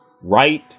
right